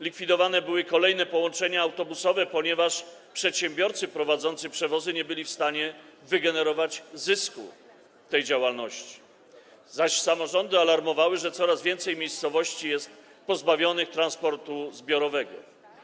Likwidowane były kolejne połączenia autobusowe, ponieważ przedsiębiorcy prowadzący przewozy nie byli w stanie wygenerować zysku z tej działalności, zaś samorządy alarmowały, że coraz więcej miejscowości jest pozbawionych transportu zbiorowego.